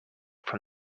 from